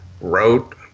wrote